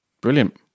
Brilliant